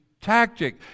tactic